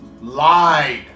Lied